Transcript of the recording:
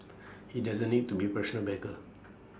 he doesn't need to be professional beggar